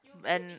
and